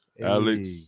Alex